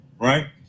Right